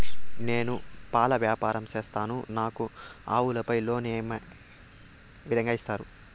నేను పాల వ్యాపారం సేస్తున్నాను, నాకు ఆవులపై లోను ఏ విధంగా ఇస్తారు